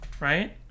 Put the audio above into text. right